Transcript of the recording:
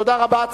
תודה רבה.